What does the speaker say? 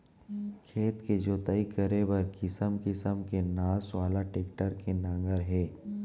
खेत के जोतई करे बर किसम किसम के नास वाला टेक्टर के नांगर हे